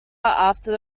after